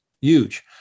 huge